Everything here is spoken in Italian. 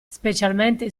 specialmente